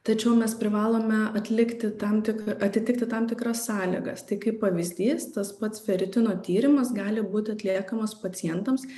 tačiau mes privalome atlikti tam tik atitikti tam tikras sąlygas tai kaip pavyzdys tas pats feritino tyrimas gali būti atliekamas pacientams